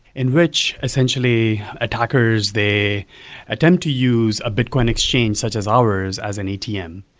in which essentially attackers, they attempt to use a bitcoin exchange, such as ours, as an atm.